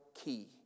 key